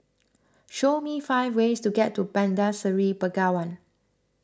show me five ways to get to Bandar Seri Begawan